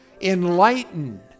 Enlighten